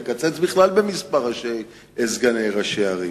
נקצץ במספר סגני ראשי ערים.